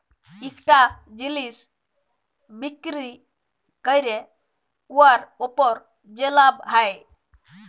ইকটা জিলিস বিক্কিরি ক্যইরে উয়ার উপর যে লাভ হ্যয়